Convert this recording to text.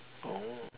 oh